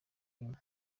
nyuma